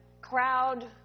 crowd